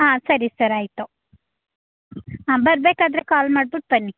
ಹಾಂ ಸರಿ ಸರ್ ಆಯಿತು ಹಾಂ ಬರಬೇಕಾದ್ರೆ ಕಾಲ್ ಮಾಡ್ಬುಟ್ಟು ಬನ್ನಿ